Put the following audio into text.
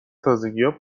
تازگیها